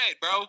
bro